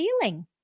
feeling